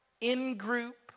in-group